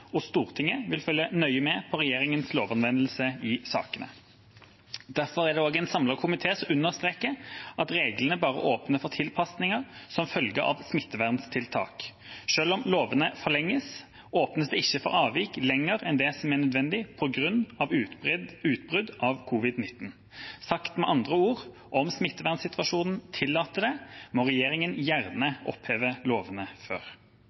og Stortinget vil følge nøye med på regjeringas lovanvendelse i sakene. Derfor er det også en samlet komité som understreker at reglene bare åpner for tilpasninger som følge av smitteverntiltak. Selv om lovene forlenges, åpnes det ikke for avvik lenger enn det som er nødvendig på grunn av utbrudd av covid-19. Sagt med andre ord: Om smittevernsituasjonen tillater det, må regjeringa gjerne oppheve lovene før.